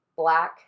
Black